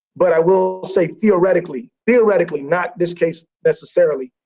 but i will say theoretically. theoretically, not this case necessarily,